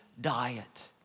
diet